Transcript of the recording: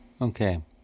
Okay